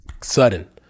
sudden